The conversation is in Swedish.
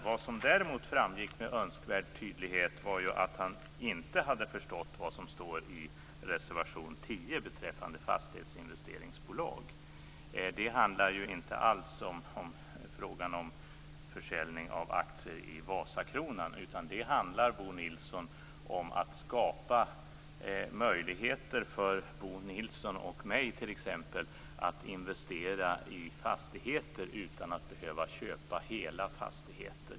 Vad som däremot framgick med önskvärd tydlighet var att han inte förstått vad som står i reservation 10 beträffande fastighetsinvesteringsbolag. Det handlar inte alls om frågan om försäljning av aktier i Vasakronan, utan det handlar, Bo Nilsson, om att skapa möjligheter för t.ex. Bo Nilsson och mig att investera i fastigheter utan att behöva köpa hela fastigheten.